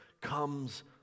comes